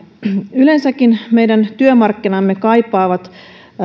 yleensäkin meidän työmarkkinamme kaipaavat